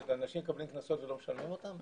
זאת אומרת אנשים מקבלים קנסות ולא משלמים אותם?